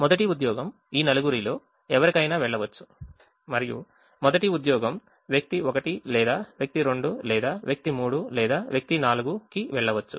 మొదటి ఉద్యోగం ఈ నలుగురిలో ఎవరికైనా వెళ్ళవచ్చు మరియు మొదటి ఉద్యోగం వ్యక్తి 1 లేదా వ్యక్తి 2 లేదా వ్యక్తి 3 లేదా వ్యక్తి 4 కి వెళ్ళవచ్చు